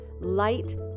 light